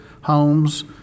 homes